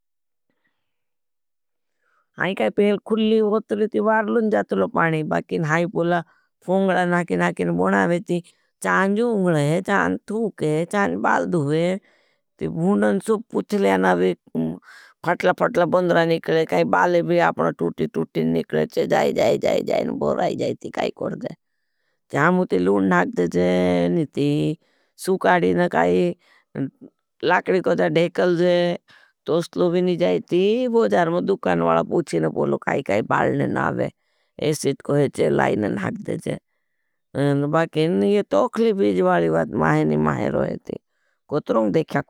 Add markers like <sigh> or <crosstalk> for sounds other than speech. आई काई पेल खुली होत रही ती वार लुन जाती लो पाणी बाकिन हाई पोला फौंगला नाकी नाकी न बनावे ती चान जूंगल है। चान तूक है, चान बाल दुहे ती बुनन सूप पुथलेन अभी फ़ाटला फ़ाटला बंद्रा निकले काई बाले भी आपना तूटी <hesitation> तूटी निकले। चे जाई जाई जाई जाई न बोराई जाई ती काई कर जाई जामूती लुन नाक देजे नी। ती सूकाडी न काई लाकडी कोई धेकल जे तो स्लो भी नी जाई थी। बोजार में दुकान वाला पूछी न बोलो काई काई बाले न आवे एसिट कोहे चे लाई न नाक देजे न बाके नी। ये तोकली बीज़ वाली बात महे नी महे रोहे थी कोटरोंग देखा।